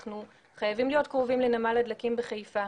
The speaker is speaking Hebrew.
אנחנו חייבים להיות קרובים לנמל הדלקים בחיפה,